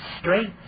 straight